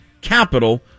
capital